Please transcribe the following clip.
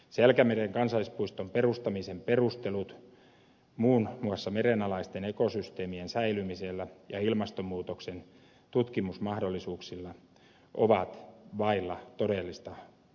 selkämeren kansallispuiston perustamisen perustelut muun muassa merenalaisten ekosysteemien säilymisellä ja ilmastonmuutoksen tutkimusmahdollisuuksilla ovat vailla todellista pohjaa